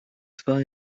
zwar